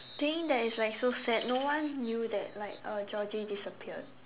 thing that is like so sad no one knew that like uh Georgie disappeared